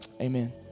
Amen